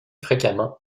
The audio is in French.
fréquemment